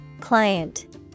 Client